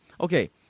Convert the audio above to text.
okay